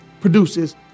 produces